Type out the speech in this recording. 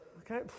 Okay